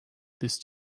this